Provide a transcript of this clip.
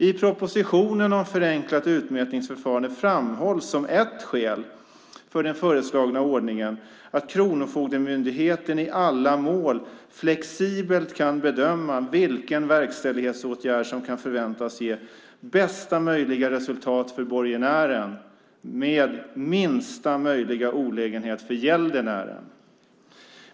I propositionen om förenklat utmätningsförfarande framhålls som ett skäl för den föreslagna ordningen att Kronofogdemyndigheten i alla mål flexibelt kan bedöma vilken verkställighetsåtgärd som kan förväntas ge bästa möjliga resultat för borgenären med minsta möjliga olägenhet för gäldenären.